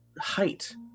height